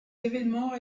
événements